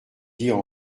dire